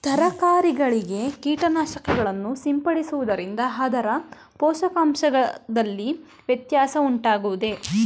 ತರಕಾರಿಗಳಿಗೆ ಕೀಟನಾಶಕಗಳನ್ನು ಸಿಂಪಡಿಸುವುದರಿಂದ ಅದರ ಪೋಷಕಾಂಶದಲ್ಲಿ ವ್ಯತ್ಯಾಸ ಉಂಟಾಗುವುದೇ?